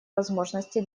возможности